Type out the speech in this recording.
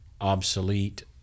obsolete